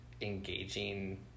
engaging